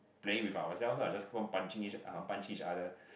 playing with ourselves ah just one punching uh punch each other